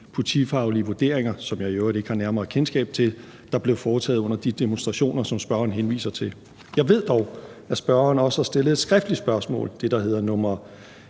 politifaglige vurderinger, som jeg i øvrigt ikke har nærmere kendskab til, der blev foretaget under de demonstrationer, som spørgeren henviser til. Jeg ved dog, at spørgeren også har stillet et skriftligt spørgsmål – det, der hedder nr.